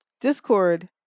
Discord